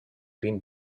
been